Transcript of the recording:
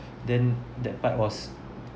then that part was